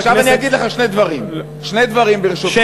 עכשיו אני אגיד לך שני דברים, שני דברים, ברשותך.